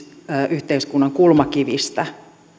yhteiskunnan kulmakivistä